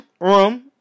room